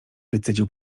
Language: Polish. wycedził